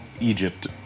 Egypt